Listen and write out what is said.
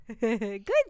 Good